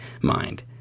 mind